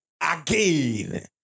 again